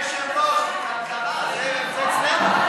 אדוני היושב-ראש, כלכלה, זה אצלנו.